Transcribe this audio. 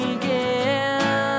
again